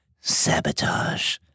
sabotage